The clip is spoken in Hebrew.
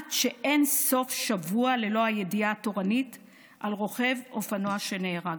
כמעט אין סוף שבוע ללא הידיעה התורנית על רוכב אופנוע שנהרג.